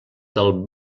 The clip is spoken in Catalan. del